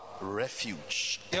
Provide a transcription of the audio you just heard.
refuge